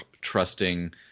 trusting